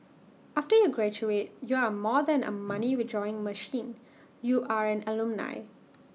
after you graduate you are more than A money withdrawing machine you are an alumni